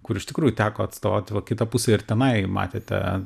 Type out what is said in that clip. kur iš tikrųjų teko atstovauti o kitą pusę ir tenai matėte